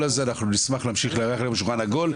נשמח להמשיך לארח לכם שולחן עגול.